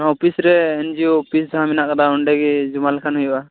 ᱱᱚᱣᱟ ᱚᱯᱷᱤᱥᱨᱮ NGO office ᱡᱟᱦᱟᱸ ᱢᱮᱱᱟᱜ ᱟᱠᱟᱫᱟ ᱚᱸᱰᱮᱜᱮ ᱡᱚᱢᱟ ᱞᱮᱠᱷᱟᱱ ᱦᱩᱭᱩᱜ ᱟ